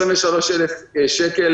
23,000 שקל